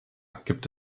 gibt